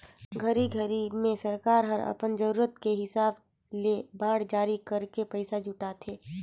घरी घरी मे सरकार हर अपन जरूरत के हिसाब ले बांड जारी करके पइसा जुटाथे